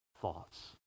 thoughts